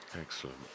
Excellent